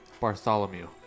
Bartholomew